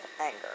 anger